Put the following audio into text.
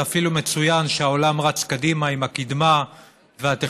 זה אפילו מצוין שהעולם רץ קדימה עם הקדמה והטכנולוגיה,